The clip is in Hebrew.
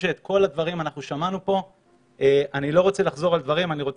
שמענו פה את כל הדברים ואני לא רוצה לחזור עליהם.